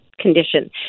condition